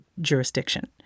jurisdiction